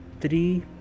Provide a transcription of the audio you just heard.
three